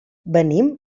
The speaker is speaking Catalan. venim